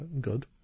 good